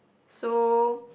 so